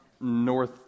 north